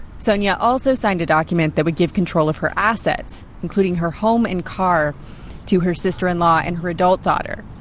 sonia also signed a document that would give control of her assets including her home and car to her sister-in-law and her adult daughter,